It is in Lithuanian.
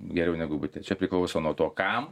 geriau negu bute čia priklauso nuo to kam